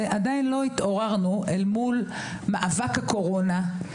ועדיין לא התעוררנו אל מול מאבק הקורונה.